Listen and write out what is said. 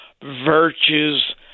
virtues